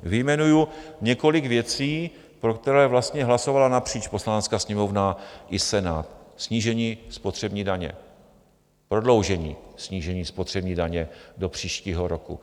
Vyjmenuji několik věcí, pro které vlastně hlasovala napříč Poslanecká sněmovna i Senát: snížení spotřební daně, prodloužení snížení spotřební daně do příštího roku.